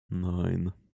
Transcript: nine